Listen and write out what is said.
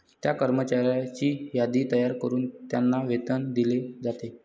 त्या कर्मचाऱ्यांची यादी तयार करून त्यांना वेतन दिले जाते